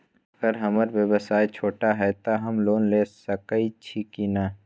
अगर हमर व्यवसाय छोटा है त हम लोन ले सकईछी की न?